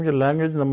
language